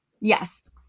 Yes